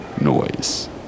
noise